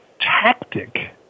tactic